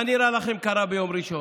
מה נראה לכם קרה ביום ראשון?